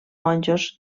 monjos